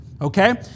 Okay